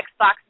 Xbox